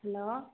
hello